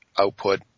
output